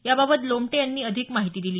याबाबत लोमटे यांनी अधिक माहिती दिली